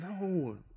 No